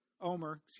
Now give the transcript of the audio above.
omer